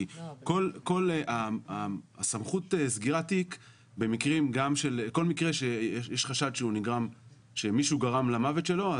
כי כל סמכות סגירת התיק בכל מקרה שיש חשד שמישהו גרם למוות שלו,